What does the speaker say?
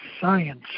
science